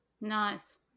nice